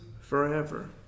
forever